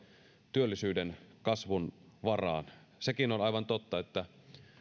työllisyyden kasvun varaan sekin on aivan totta että